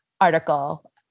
article